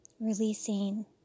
Releasing